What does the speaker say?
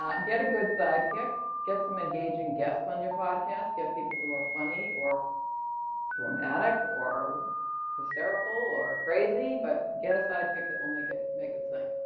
um get a good side kick. get some engaging guests on your podcast. get people who are funny or dramatic or hysterical or crazy, but get a side kick that will make it make it sing.